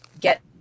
get